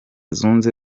zunze